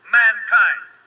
mankind